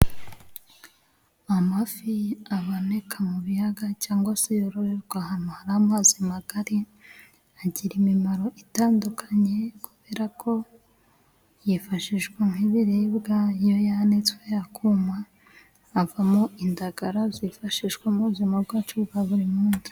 Amafi aboneka mu biyaga cyangwa se yororerwa ahantu hari amazi magari, agira imimaro itandukanye kubera ko yifashishwa nk'ibiribwa iyo yanitswe akuma avamo indagara zifashishwa mu buzima bwacu bwa buri munsi.